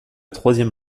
troisième